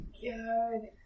Good